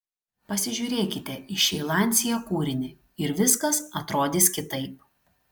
pasižiūrėkite į šį lancia kūrinį ir viskas atrodys kitaip